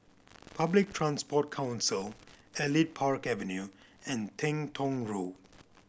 Public Transport Council Elite Park Avenue and Teng Tong Road